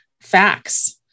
facts